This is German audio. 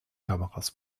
kameras